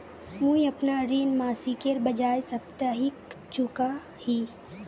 मुईअपना ऋण मासिकेर बजाय साप्ताहिक चुका ही